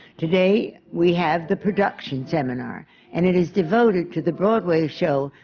today we have the production seminar and it is devoted to the broadway show,